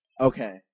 okay